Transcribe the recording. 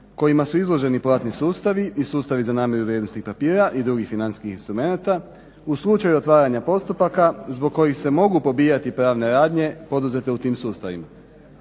kojima su izloženi platni sustavi i sustavi za namjeru vrijednosnih papira i drugih financijskih instrumenata u slučaju otvaranja postupaka zbog kojih se mogu pobijati pravne radnje poduzete u tim sustavima.